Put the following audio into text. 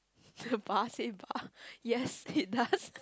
yes it does